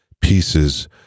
pieces